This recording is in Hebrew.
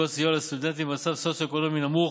סיוע לסטודנטים במצב סוציו-אקונומי נמוך